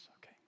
okay